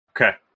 Okay